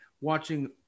watching